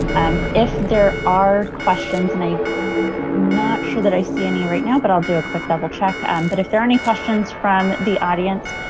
um if there are questions and not sure that i see any right now, but i will do a quick double-check um but if there are any questions from the audience,